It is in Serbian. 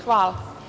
Hvala.